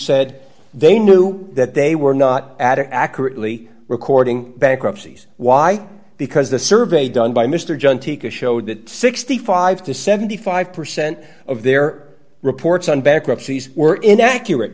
said they knew that they were not adding accurately recording bankruptcy's why because the survey done by mr john tika showed that sixty five to seventy five percent of their reports on bankruptcies were inaccurate